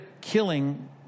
killing